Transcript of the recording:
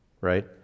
right